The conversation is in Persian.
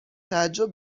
تعجب